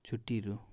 छुट्टीहरू